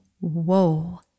Whoa